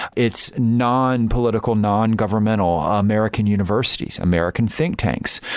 its nonpolitical, nongovernmental american universities, american think tanks,